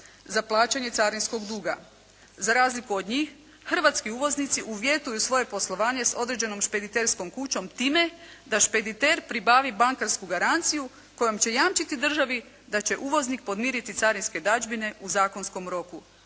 za plaćanje carinskog duga. Za razliku od njih hrvatski uvoznici uvjetuju svoje poslovanje s određenom špediterskom kućom time da špediter pribavi bankarsku garanciju kojom će jamčiti državi da će uvoznik podmiriti carinske dadžbine u zakonskom roku,